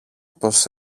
πως